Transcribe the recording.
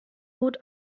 gut